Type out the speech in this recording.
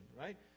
right